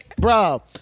Bro